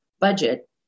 budget